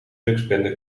drugsbende